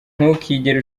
ntukigere